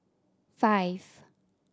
five